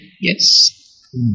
Yes